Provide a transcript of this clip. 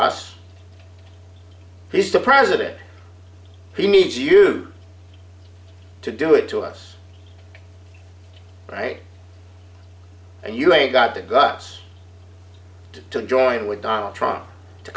us he's the president he needs you to do it to us right and you ain't got the guts to join with donald trump to